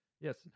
Yes